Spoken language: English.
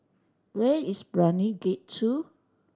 where is Brani Gate Two